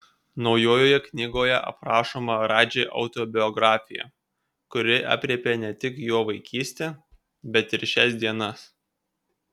naujoje knygoje aprašoma radži autobiografija kuri aprėpia ne tik jo vaikystę bet ir šias dienas